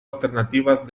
alternativas